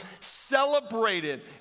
celebrated